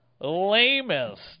lamest